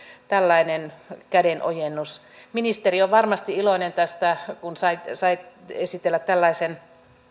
tällainen kädenojennus ministeri on varmasti iloinen tästä kun sai sai esitellä tällaisen